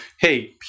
hey